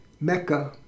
Mecca